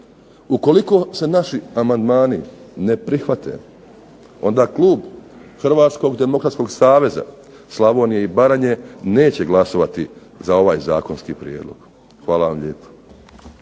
Ukoliko se naši amandmani ne prihvate, onda klub Hrvatskog demokratskog saveza Slavonije i Baranje neće glasovati za ovaj zakonski prijedlog. Hvala vam lijepo.